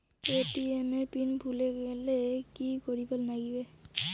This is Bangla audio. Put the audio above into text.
এ.টি.এম এর পিন ভুলি গেলে কি করিবার লাগবে?